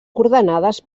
coordenades